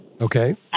Okay